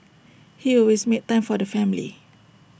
he always made time for the family